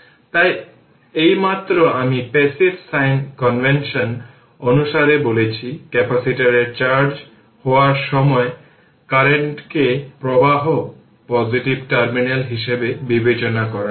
তাই এইমাত্র আমি প্যাসিভ সাইন কনভেনশন অনুসারে বলেছি ক্যাপাসিটরের চার্জ হওয়ার সময় কারেন্টকে প্রবাহ পজিটিভ টার্মিনাল হিসাবে বিবেচনা করা হয়